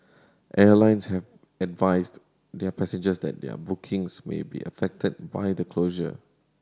airlines have advised their passengers that their bookings may be affected by the closure